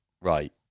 Right